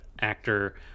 actor